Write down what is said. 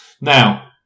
Now